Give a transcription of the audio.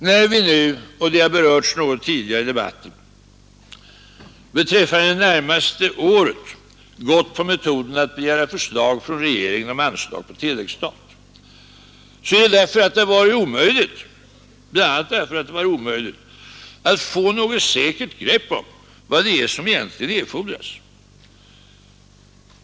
Att vi nu — detta har något berörts tidigare i debatten — beträffande det närmaste året föredragit metoden att begära förslag från regeringen om anslag på tilläggsstat, beror bl.a. på att det har varit omöjligt att få något säkert grepp om vad som egentligen erfordras.